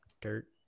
dirt